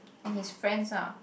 and his friends ah